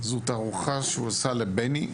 זו תערוכה שהוא עשה לבני,